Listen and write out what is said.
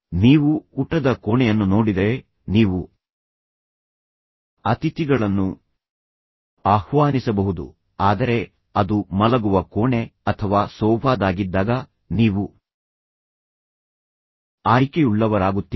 ನೀವು ಊಟದ ಕೋಣೆಯನ್ನು ನೋಡಿದರೆ ನೀವು ಅತಿಥಿಗಳನ್ನು ಆಹ್ವಾನಿಸಬಹುದು ಆದರೆ ಅದು ಮಲಗುವ ಕೋಣೆ ಅಥವಾ ಸೋಫಾದಾಗಿದ್ದಾಗ ನೀವು ಆಯ್ಕೆಯುಳ್ಳವರಾಗುತ್ತೀರಿ